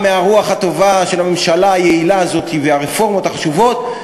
מה מונע מהממשלה, ומשר הפנים ומכולם כאן,